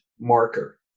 marker